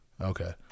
Okay